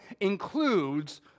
includes